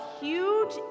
huge